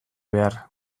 behar